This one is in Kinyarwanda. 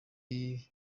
biziyaremye